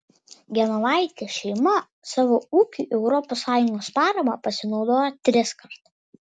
genovaitės šeima savo ūkiui europos sąjungos parama pasinaudojo triskart